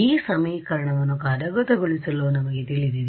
ಈ ಸಮೀಕರಣವನ್ನು ಕಾರ್ಯಗತಗೊಳಿಸಲು ನಮಗೆ ತಿಳಿದಿದೆ